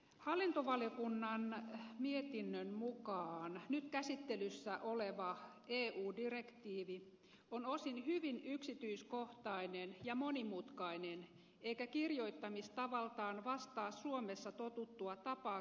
hallintovaliokunnan mietinnön mukaan nyt käsittelyssä oleva eu direktiivi on osin hyvin yksityiskohtainen ja monimutkainen eikä kirjoittamistavaltaan vastaa suomessa totuttua tapaa kirjoittaa lainsäädäntöä